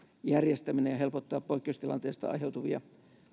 järjestäminen ja helpottaa poikkeustilanteesta aiheutuvia